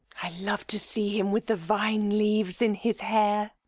i love to see him with the vine leaves in his hair.